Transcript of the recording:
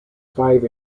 five